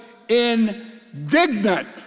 indignant